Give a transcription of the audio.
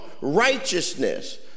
righteousness